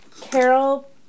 carol